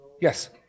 Yes